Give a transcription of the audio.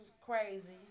crazy